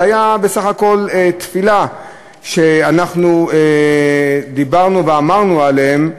זאת הייתה בסך הכול תפילה שאנחנו דיברנו ואמרנו עליהם,